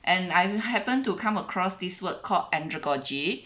and I'm happen to come across this word called andragogy